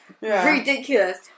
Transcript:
ridiculous